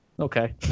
Okay